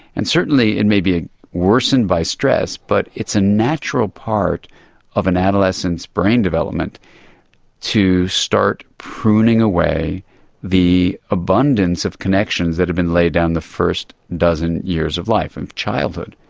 and certainly it may be ah worsened by stress, but it's a natural part of an adolescent's brain development to start pruning away the abundance of connections that have been laid down in the first dozen years of life, in childhood.